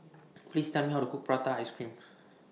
Please Tell Me How to Cook Prata Ice Cream